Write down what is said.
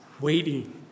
waiting